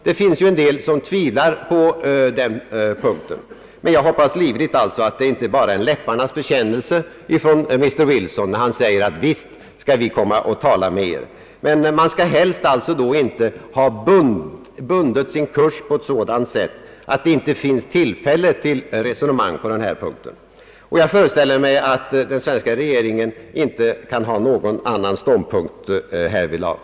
Det finns ju sådana som hyser tvivel på den punkten, men jag hoppas livligt att det inte bara är en läpparnas bekännelse från Mr. Wilson när han säger: »Visst skall vi komma och tala med er.» Helst skall England då inte ha bundit sin kurs på sådant sätt att det inte finns tillfälle till verkliga resonemang. Jag föreställer mig att svenska regeringen inte kan ha någon annan ståndpunkt härvidlag.